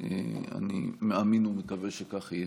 ואני מאמין ומקווה שכך יהיה.